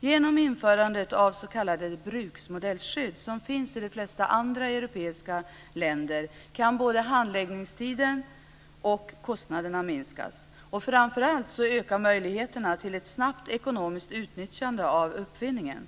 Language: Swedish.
Genom införande av s.k. bruksmodellskydd, som finns i de flesta andra europeiska länder, kan både handläggningstiderna och kostnaderna minskas. Framför allt ökar möjligheterna till ett snabbt ekonomiskt utnyttjande av uppfinningen.